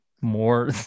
more